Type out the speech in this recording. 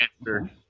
answer